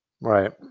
right